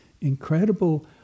incredible